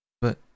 But